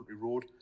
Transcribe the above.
road